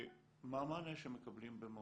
מה המענה שמקבלים במעונות,